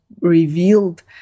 revealed